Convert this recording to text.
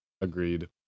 agreed